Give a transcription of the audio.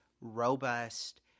robust